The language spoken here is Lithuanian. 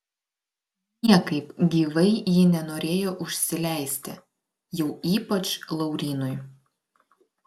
niekaip gyvai ji nenorėjo užsileisti jau ypač laurynui